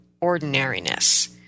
ordinariness